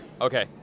Okay